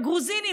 הגרוזינים.